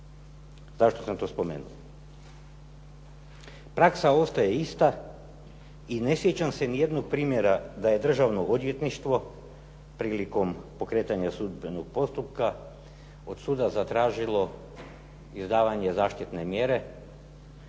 Zašto sam to spomenuo? Praksa ostaje ista i ne sjećam se ni jednog primjera da je Državno odvjetništvo prilikom pokretanja sudbenog postupka od suda zatražilo izdavanje zaštitne mjere,